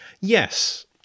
Yes